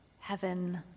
heaven